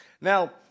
Now